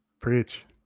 preach